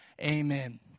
Amen